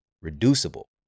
reducible